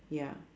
ya